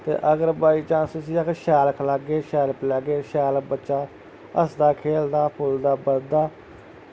ते अगर बायचांस उस्सी अस शैल खलागे शैल पलागे ते शैल बच्चा हसदा खेलदा फुलदा पलदा